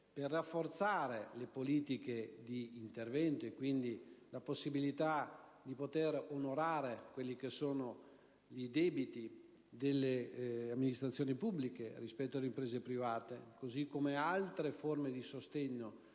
per rafforzare le politiche di intervento, e quindi la possibilità di onorare i debiti delle amministrazioni pubbliche rispetto alle imprese private, così come altre forme di sostegno